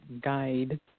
guide